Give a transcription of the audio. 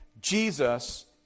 Jesus